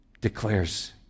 declares